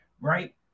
right